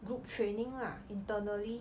group training lah internally